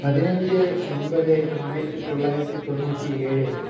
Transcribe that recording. പതിനഞ്ച് ഒൻപത് ആയിരത്തിത്തൊള്ളായിരത്തിതൊന്നൂറ്റിയേഴ്